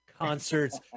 Concerts